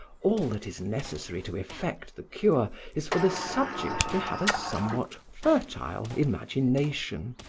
all that is necessary to effect the cure is for the subject to have a somewhat fertile imagination.